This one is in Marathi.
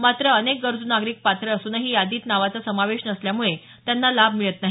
मात्र अनेक गरजू नागरिक पात्र असूनही यादीत नावाचा समावेश नसल्यामुळे त्यांना लाभ मिळत नाही